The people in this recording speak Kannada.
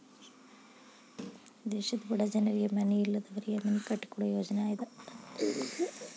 ದೇಶದ ಬಡ ಜನರಿಗೆ ಮನಿ ಇಲ್ಲದವರಿಗೆ ಮನಿ ಕಟ್ಟಿಕೊಡು ಯೋಜ್ನಾ ಇದ